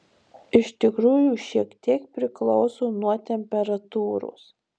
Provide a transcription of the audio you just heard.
iš tikrųjų šiek tiek priklauso nuo temperatūros